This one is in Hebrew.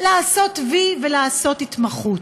לעשות "וי" ולעשות התמחות.